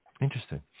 Interesting